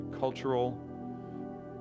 cultural